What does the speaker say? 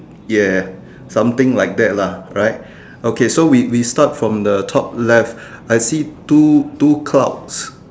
ya something like that lah right okay so we we start from the top left I see two two clouds